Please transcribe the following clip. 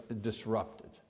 disrupted